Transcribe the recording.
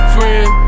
Friend